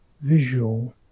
visual